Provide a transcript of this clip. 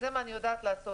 זה מה שאני יודעת לעשות.